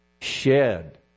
Shed